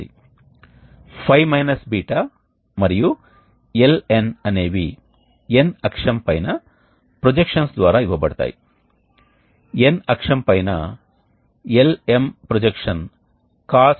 మేము విశ్లేషణ ద్వారా వెళ్ళడం లేదు కానీ మేము మీకు సంబంధాన్ని ఇవ్వాలనుకుంటున్నాము ఇది సుమారుగా ఉంటుంది అయితే ఇది మీకు పారామితులపై మరియు ఉష్ణ బదిలీ రేటు దేనిపై ఆధారపడి ఉంటుందనే కొంత ఆలోచన ఇస్తుంది ఇది ఉష్ణ బదిలీ రేటు స్పష్టంగా స్థిరమైన స్థితి ఆపరేషన్లో 2 స్ట్రీమ్లు మరియు 2 స్ట్రీమ్ల ఉష్ణోగ్రతలు ఉన్నాయి